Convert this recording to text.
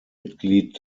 mitglied